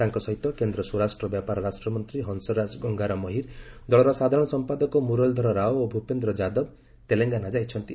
ତାଙ୍କ ସହିତ କେନ୍ଦ୍ର ସ୍ୱରାଷ୍ଟ୍ର ବ୍ୟାପାର ରାଷ୍ଟ୍ରମନ୍ତ୍ରୀ ହଂସରାଜ ଗଙ୍ଗାରାମ ଅହିର ଦଳର ସାଧାରଣ ସମ୍ପାଦକ ମୁରଲୀଧର ରାଓ ଓ ଭୁପେନ୍ଦ୍ର ଯାଦବ ତେଲେଙ୍ଗାନା ଯାଇଛନ୍ତି